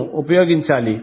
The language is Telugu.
ను ఉపయోగించాలి